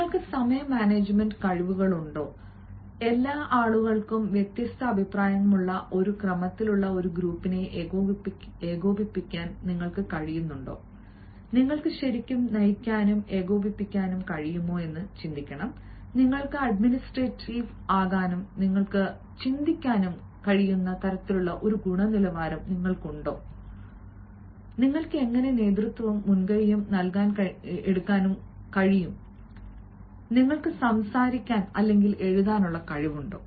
നിങ്ങൾക്ക് സമയ മാനേജുമെന്റ് കഴിവുകൾ ഉണ്ടോ എല്ലാ ആളുകൾക്കും വ്യത്യസ്ത അഭിപ്രായങ്ങളുള്ള ഒരു ക്രമത്തിലുള്ള ഒരു ഗ്രൂപ്പിനെ ഏകോപിപ്പിക്കാൻ നിങ്ങൾക്ക് കഴിയുന്നുണ്ടോ നിങ്ങൾക്ക് ശരിക്കും നയിക്കാനും ഏകോപിപ്പിക്കാനും കഴിയുമോ നിങ്ങൾക്ക് അഡ്മിനിസ്ട്രേറ്റീവ് ആകാനും നിങ്ങൾക്ക് ചിന്തിക്കാനും കഴിയുന്ന തരത്തിലുള്ള ഒരു ഗുണനിലവാരം നിങ്ങൾക്ക് ഉണ്ടോ നിങ്ങൾക്ക് എങ്ങനെ നേതൃത്വവും മുൻകൈയും നൽകാൻ കഴിയും നിങ്ങൾക്ക് സംസാരിക്കാൻ എഴുതാനും കഴിവുണ്ടോ